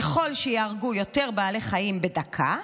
ככל שיהרגו יותר בעלי חיים בדקה,